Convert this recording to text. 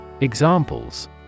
Examples